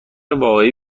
واقعی